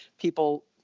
people